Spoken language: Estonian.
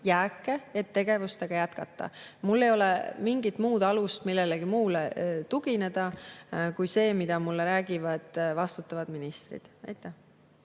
jääke, et tegevust jätkata. Mul ei ole millelegi muule tugineda kui see, mida mulle räägivad vastutavad ministrid. Aitäh!